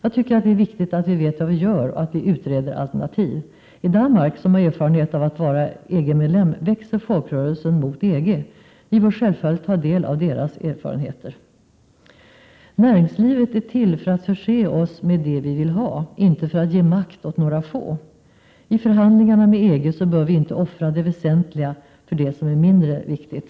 Det är viktigt att vi vet vad vi gör och att vi utreder alternativ. I Danmark, som har erfarenhet av att vara EG-medlem, växer folkrörelsen mot EG. Vi bör självfallet ta del av deras erfarenheter. Näringslivet är till för att förse oss med det vi vill ha, inte för att ge makt åt några få. I förhandlingarna med EG bör vi inte offra det väsentliga för det som är mindre viktigt.